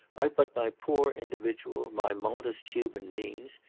i've but my poor individual, my modest human means.